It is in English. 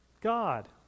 God